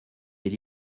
est